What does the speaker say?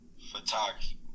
photography